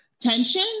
tension